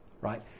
Right